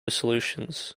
solutions